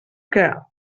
que